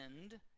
end